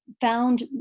found